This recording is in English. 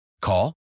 Call